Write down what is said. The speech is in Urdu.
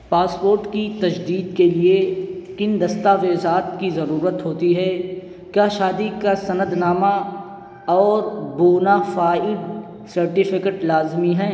پاسپوٹ کی تجدید کے لیے کن دستاویزات کی ضرورت ہوتی ہے کیا شادی کا سند نامہ اور بونافائیڈ سرٹیفکیٹ لازمی ہیں